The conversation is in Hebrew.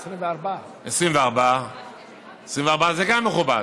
24. 24 זה גם מכובד.